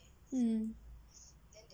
mm